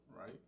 right